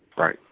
right.